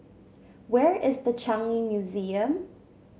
where is The Changi Museum